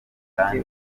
kandi